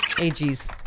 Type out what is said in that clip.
Ag's